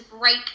break